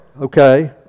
okay